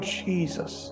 jesus